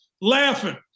Laughing